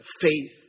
faith